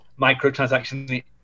microtransactions